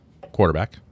quarterback